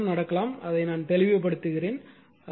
மற்றொரு விஷயம் நடக்கலாம் அதை தெளிவுபடுத்துகிறேன்